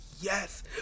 yes